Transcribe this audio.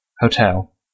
Hotel